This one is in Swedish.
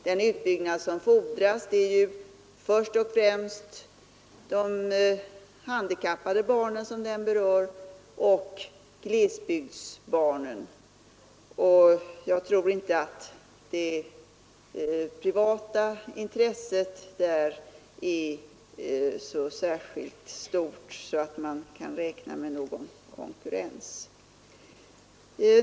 Den utbyggnad som fordras berör först och främst de handikappade barnen och glesbygdsbarnen. Jag tror inte att det privata intresset där är så särskilt stort att man kan räkna med någon konkurrens.